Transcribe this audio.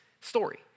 story